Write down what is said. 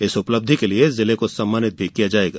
इस उपलब्धि के लिये जिले को सम्मानित किया जायेगा